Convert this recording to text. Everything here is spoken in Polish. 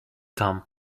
tam